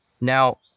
Now